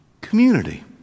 community